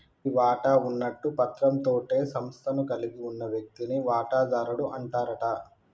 మరి వాటా ఉన్నట్టు పత్రం తోటే సంస్థను కలిగి ఉన్న వ్యక్తిని వాటాదారుడు అంటారట